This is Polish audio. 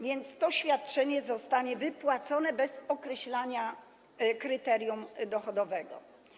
Więc to świadczenie zostanie wypłacone bez określania kryterium dochodowego.